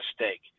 mistake